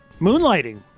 Moonlighting